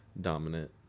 dominant